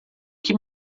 que